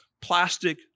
plastic